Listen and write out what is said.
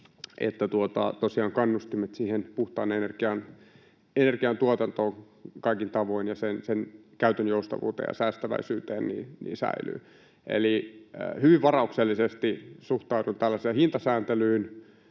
kannustimet siihen puhtaan energian tuotantoon kaikin tavoin ja sen käytön joustavuuteen ja säästäväisyyteen säilyvät. Eli hyvin varauksellisesti suhtaudun tällaiseen hintasääntelyyn,